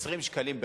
20 שקלים בחודש.